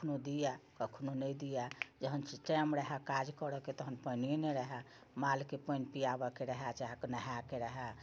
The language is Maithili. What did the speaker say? कखनो दिए कखनो नहि दिए जहन टाइम रहे काज करैके तहन पानिये नहि रहै मालके पानि पियाबेके रहै चाहे नहाइके रहै